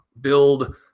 build –